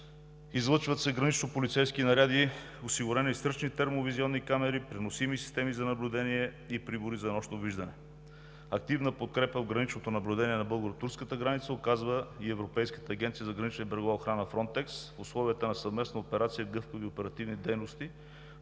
излъчват се гранично-полицейски наряди, осигурени са ръчни термовизионни камери, преносими системи за наблюдение и прибори за нощно виждане. Активна подкрепа от граничното наблюдение на българо-турската граница оказва и Европейската агенция за гранична и брегова охрана Frontex. В условията на съвместна операция гъвкави и оперативни дейности